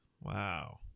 Wow